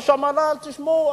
תשמעו,